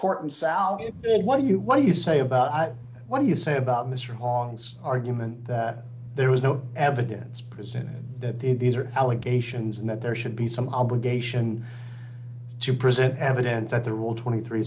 court in saudi what do you what do you say about what do you say about mr hong's argument that there was no evidence presented that these are allegations and that there should be some obligation to present evidence that the rule twenty three